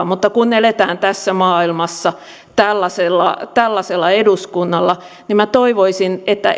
mutta kun eletään tässä maailmassa tällaisella tällaisella eduskunnalla niin minä toivoisin että